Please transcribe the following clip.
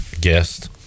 guest